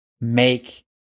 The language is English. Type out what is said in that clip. make